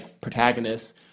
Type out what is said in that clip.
protagonists